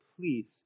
please